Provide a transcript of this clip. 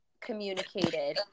communicated